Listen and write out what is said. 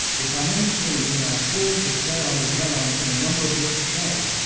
if i'm in a scene, and i've pulled the sound around in a number of different channels,